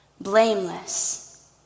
blameless